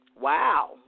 Wow